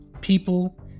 people